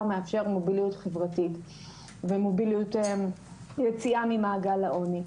מאפשר מוביליות חברתית ויציאה ממעגל העוני.